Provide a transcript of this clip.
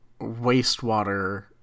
wastewater